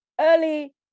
early